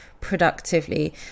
productively